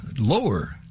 lower